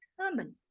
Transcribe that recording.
determine